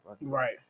Right